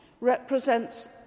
represents